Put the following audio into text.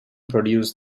produced